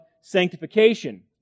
sanctification